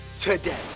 today